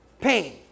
pain